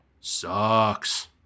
sucks